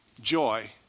joy